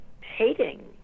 hating